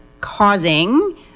causing